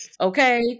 Okay